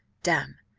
damme.